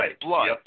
blood